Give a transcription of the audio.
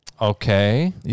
okay